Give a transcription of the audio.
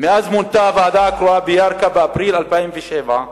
"הקרואה בירכא באפריל 2007,